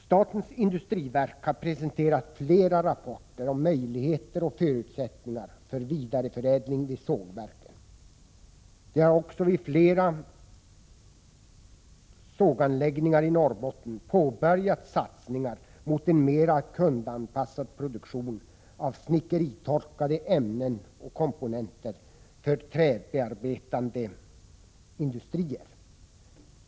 Statens industriverk har presenterat flera rapporter om möjligheter och förutsättningar för vidareförädling vid sågverken. Det har också vid flera såganläggningar i Norrbotten påbörjats satsningar mot en mera kundanpassad produktion av snickeritorkade ämnen och komponenter för träbearbetande industrier.